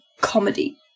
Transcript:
comedy